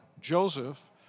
Joseph